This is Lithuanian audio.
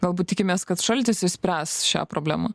galbūt tikimės kad šaltis išspręs šią problemą